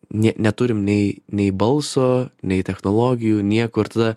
nė neturime nei nei balso nei technologijų niekur tada